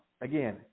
Again